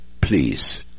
Please